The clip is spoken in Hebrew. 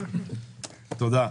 תודה.